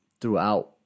throughout